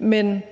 mænd.